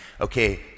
Okay